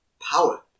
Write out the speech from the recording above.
power